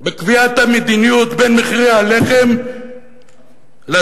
בקביעת המדיניות, בין מחירי הלחם לדלק,